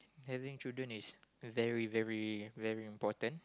having children is very very very important